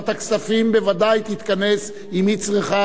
ועדת הכספים בוודאי תתכנס אם היא צריכה